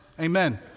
Amen